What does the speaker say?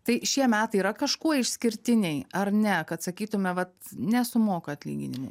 tai šie metai yra kažkuo išskirtiniai ar ne kad sakytume vat nesumoka atlyginimų